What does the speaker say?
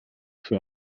für